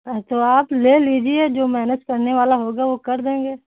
हाँ तो आप ले लीजिए जो मैनेज करने वाला होगा वो कर देंगे